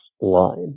line